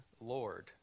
Lord